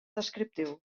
descriptiu